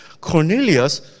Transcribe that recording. Cornelius